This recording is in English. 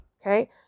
Okay